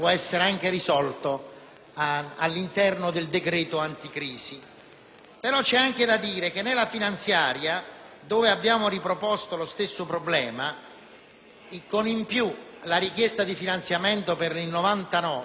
all'interno del decreto anticrisi. C'è però anche da dire che nella discussione della finanziaria, in cui abbiamo riproposto lo stesso problema, con in più una richiesta di finanziamento per il 2009,